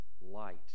light